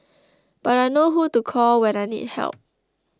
but I know who to call when I need help